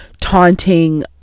taunting